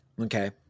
Okay